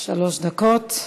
שלוש דקות.